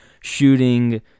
Shooting